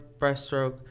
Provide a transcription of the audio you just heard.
breaststroke